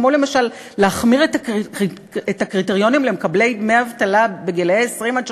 כמו למשל להחמיר את הקריטריונים למקבלי דמי אבטלה גילאי 20 30,